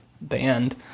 band